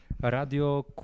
Radio